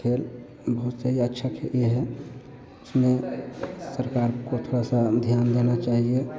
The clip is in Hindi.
खेल बहुत सही अच्छा खेल यह है इसमें सरकार को थोड़ा सा ध्यान देना चाहिए